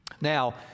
Now